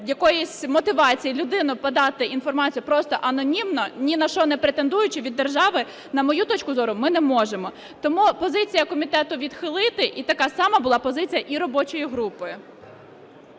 якоїсь мотивації людину подати інформацію просто анонімно, ні на що не претендуючи від держави, на мою точку зору, ми не можемо. Тому позиція комітету відхилити. І така сама була позиція і робочої групи.